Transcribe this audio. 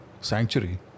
Sanctuary